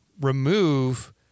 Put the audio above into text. remove –